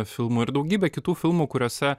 filmu ir daugybe kitų filmų kuriuose